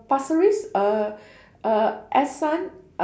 pasir ris uh uh S son